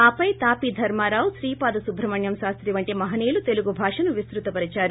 ఆపై తాపీ ధర్మారావు శ్రీపాద సుబ్రహ్మణ్యం శాస్తి వంటి మహనీయులు తెలుగుభాషను విస్తృత పరచారు